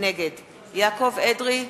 נגד יעקב אדרי,